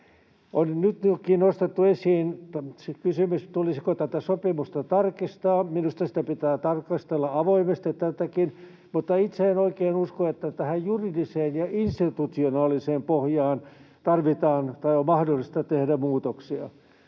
On nytkin nostettu esiin kysymys, tulisiko tätä sopimusta tarkistaa. Minusta tätäkin pitää tarkastella avoimesti, mutta itse en oikein usko, että tähän juridiseen ja institutionaaliseen pohjaan tarvitaan tai on mahdollista tehdä muutoksia.